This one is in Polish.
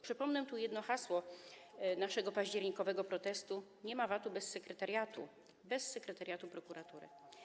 Przypomnę tu jedno hasło naszego październikowego protestu: „Nie ma VAT-u bez sekretariatu” - bez sekretariatu prokuratury.